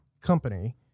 company